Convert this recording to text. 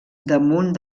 damunt